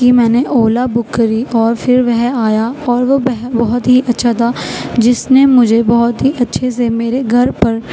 کی میں نے اولا بک کری اور پھر وہ آیا اور وہ بہت ہی اچّھا تھا جس نے مجھے بہت ہی اچّھے سے میرے گھر پر